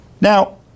Now